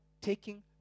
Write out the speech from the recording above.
taking